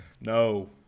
No